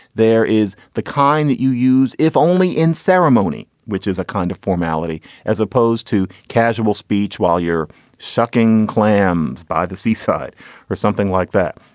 there is the kind that you use if only in ceremony, which is a kind of formality as opposed to casual speech while you're shucking clams by the seaside or something like that.